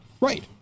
Right